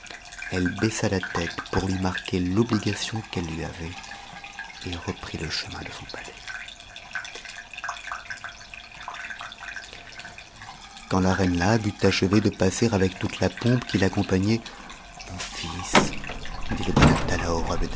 elle baissa la tête pour lui marquer l'obligation qu'elle lui avait et reprit le chemin de son palais quand la reine labe eut achevé de passer avec toute la pompe l'accompagnait mon